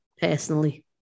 Personally